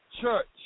Church